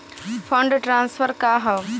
Fund transfer का हव?